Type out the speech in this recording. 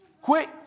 Quit